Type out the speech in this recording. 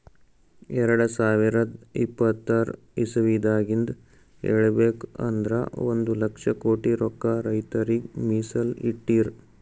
ಎರಡ ಸಾವಿರದ್ ಇಪ್ಪತರ್ ಇಸವಿದಾಗಿಂದ್ ಹೇಳ್ಬೇಕ್ ಅಂದ್ರ ಒಂದ್ ಲಕ್ಷ ಕೋಟಿ ರೊಕ್ಕಾ ರೈತರಿಗ್ ಮೀಸಲ್ ಇಟ್ಟಿರ್